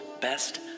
best